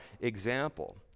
example